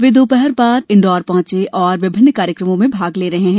वे दोपहर बाद इंदौर पहुंचे और विभिन्न कार्यक्रमों में भाग ले रहे हैं